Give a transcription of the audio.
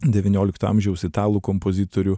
devyniolikto amžiaus italų kompozitorių